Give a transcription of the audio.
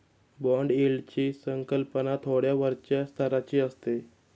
bond यील्डची संकल्पना थोड्या वरच्या स्तराची असते